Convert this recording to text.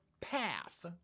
path